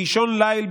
באישון לילה,